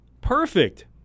Perfect